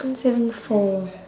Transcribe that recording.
one seven four